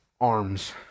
arms